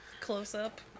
Close-up